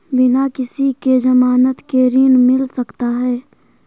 बिना किसी के ज़मानत के ऋण मिल सकता है?